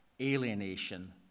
alienation